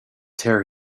tear